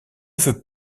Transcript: veux